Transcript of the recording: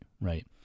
right